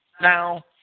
Now